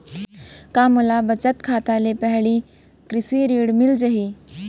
का मोला बचत खाता से पड़ही कृषि ऋण मिलिस जाही?